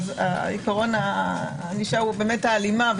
עקרון הענישה הוא באמת בהלימה,